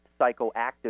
psychoactive